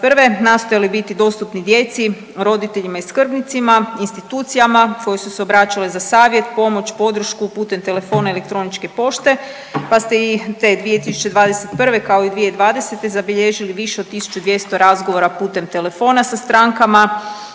nastojali biti dostupni djeci, roditeljima i skrbnicima, institucijama koje su se obraćale za savjet, pomoć, podršku putem telefona i elektroničke pošte pa ste i te 2021. kao i 2020. zabilježili više od 1.200 razgovora putem telefona sa strankama,